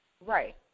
Right